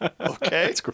Okay